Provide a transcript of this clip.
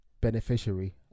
beneficiary